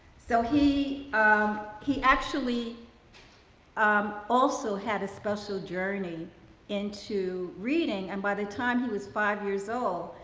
so he um he actually um also had a special journey into reading, and by the time he was five years old,